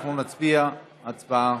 אנחנו נצביע הצבעה,